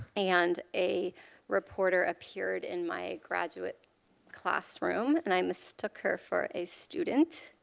and a reporter appeared in my graduate classroom and i mistook her for a student,